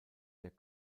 der